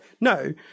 no